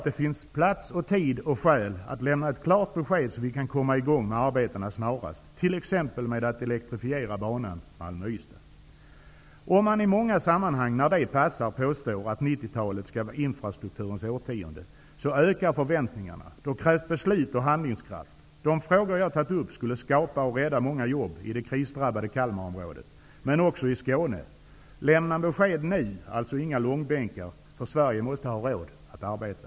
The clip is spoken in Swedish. Det finns nu plats, tid och skäl att lämna ett klart besked så att vi snarast kan komma i gång med arbetena, t.ex. med att elektrifiera banan Om man i många sammanhang, när det passar, påstår att 90-talet skall vara infrastrukturens årtionde, ökar förväntningarna. Då krävs beslut och handlingskraft. De projekt jag har tagit upp skulle skapa och rädda många jobb i det krisdrabbade Kalmarområdet men också i Skåne. Lämna besked nu -- inga långbänkar -- för Sverige måste ha råd att arbeta.